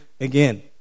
again